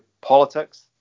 politics